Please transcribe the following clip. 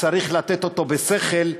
צריך לתת אותו בשכל,